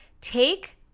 take